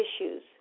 issues